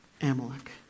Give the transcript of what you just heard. Amalek